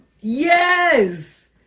Yes